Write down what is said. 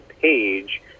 page